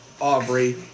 Aubrey